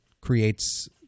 creates